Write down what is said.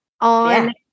on